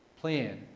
plan